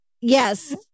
yes